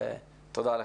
תודה לך.